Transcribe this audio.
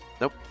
Nope